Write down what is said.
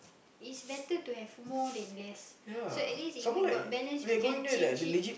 is better to have more than less so at least if we got balance we can change it